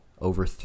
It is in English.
over